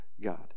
God